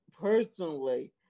personally